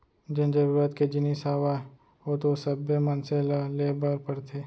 जेन जरुरत के जिनिस हावय ओ तो सब्बे मनसे ल ले बर परथे